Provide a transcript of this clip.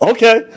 Okay